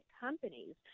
companies